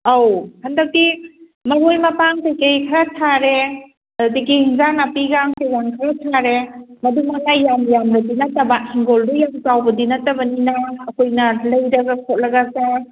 ꯑꯧ ꯍꯟꯗꯛꯇꯤ ꯃꯔꯣꯏ ꯃꯄꯥꯡ ꯀꯔꯤ ꯀꯔꯤ ꯈꯔ ꯊꯥꯔꯦ ꯑꯗꯒꯤ ꯏꯟꯖꯥꯡ ꯅꯥꯄꯤꯒ ꯈꯔ ꯊꯥꯔꯦ ꯌꯥꯝ ꯌꯥꯝꯕꯗꯤ ꯅꯠꯇꯕ ꯍꯤꯡꯒꯣꯜꯗꯨ ꯌꯥꯝ ꯆꯥꯎꯕꯗꯤ ꯅꯠꯇꯕꯅꯤꯅ ꯑꯩꯈꯣꯏꯅ ꯂꯩꯔꯒ ꯈꯣꯠꯂꯒ